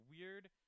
weird